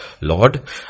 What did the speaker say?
Lord